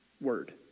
word